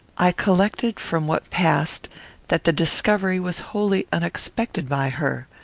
i collected from what passed that the discovery was wholly unexpected by her.